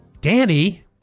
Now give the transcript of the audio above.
Danny